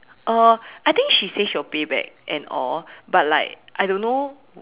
uh I think she say she will pay back and all but like I don't know